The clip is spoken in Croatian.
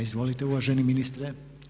Izvolite uvaženi ministre.